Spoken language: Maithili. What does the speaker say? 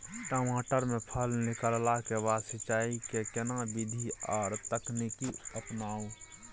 टमाटर में फल निकलला के बाद सिंचाई के केना विधी आर तकनीक अपनाऊ?